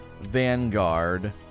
Vanguard